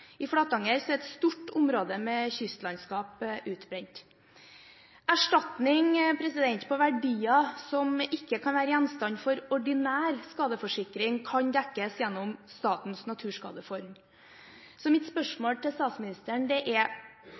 I Flatanger er et stort område med kystlandskap utbrent. Erstatning på verdier som ikke kan være gjenstand for ordinær skadeforsikring, kan dekkes gjennom Statens Naturskadefond. Mitt spørsmål til statsministeren er for det